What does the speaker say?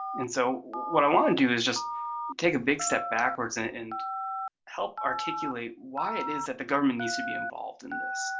and so what i want to do is just take a big step backwards and help articulate why it is that the government needs to be involved in this.